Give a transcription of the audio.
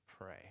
pray